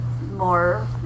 more